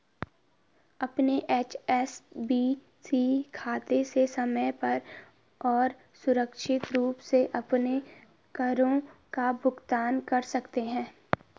अपने एच.एस.बी.सी खाते से समय पर और सुरक्षित रूप से अपने करों का भुगतान कर सकते हैं